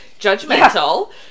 judgmental